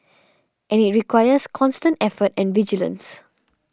and it requires constant effort and vigilance